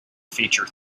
feature